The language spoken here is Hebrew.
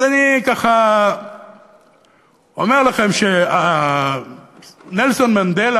אז אני ככה אומר לכם שנלסון מנדלה,